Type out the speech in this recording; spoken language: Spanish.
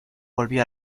volvió